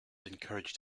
encouraged